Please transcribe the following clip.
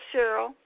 Cheryl